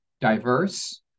diverse